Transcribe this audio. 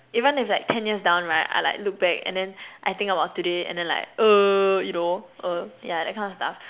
even if like ten years down right I like look back and then I think about today and then like err you know uh ya that kind of stuff